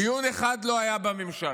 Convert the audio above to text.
דיון אחד לא היה בממשלה.